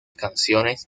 canciones